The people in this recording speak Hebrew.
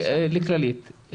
לכללית.